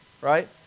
right